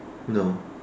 no